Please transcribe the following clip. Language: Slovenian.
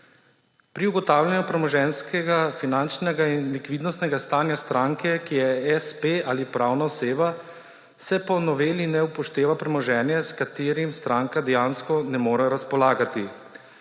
Pri ugotavljanju premoženjskega, finančnega in likvidnostnega stanja stranke, ki je espe ali pravna oseba, se po noveli ne upošteva premoženje, s katerim stranka dejansko ne more razpolagati,